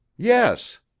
yes!